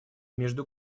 между